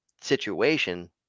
situation